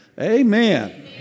Amen